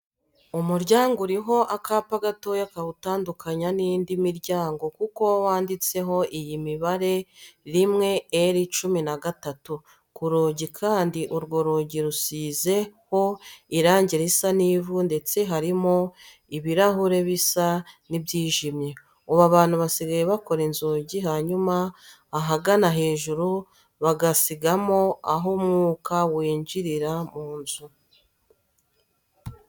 Umuryango uriho akapa gatoya kawutandukanya n'indi miryango kuko wo wanditseho iyi mibare ''1R13'' ku rugi kandi urwo rugi rusizeho irange risa n'ivu ndetse harimo ibirahure bisa n'ibyijimye. Ubu abantu basigaye bakora inzugi hanyuma ahagana hejuru bagasigamo aho umwuka winjirira mu nzu.